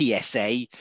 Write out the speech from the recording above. PSA